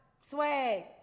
swag